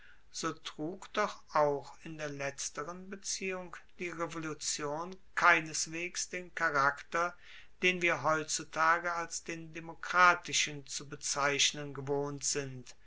so trug doch auch in der letzteren beziehung die revolution keineswegs den charakter den wir heutzutage als den demokratischen zu bezeichnen gewohnt sind